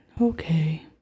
Okay